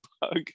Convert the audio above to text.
bug